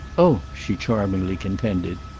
oh, she charmingly contended,